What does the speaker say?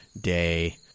day